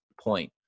point